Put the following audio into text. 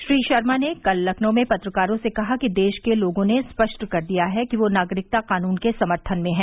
श्री शर्मा ने कल लखनऊ में पत्रकारों से कहा कि देश के लोगों ने स्पष्ट कर दिया है कि वे नागरिकता कानून के समर्थन में है